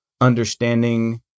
understanding